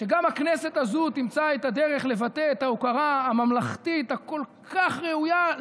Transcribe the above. שגם הכנסת הזו תמצא את הדרך לבטא את ההוקרה הממלכתית הכל-כך ראויה,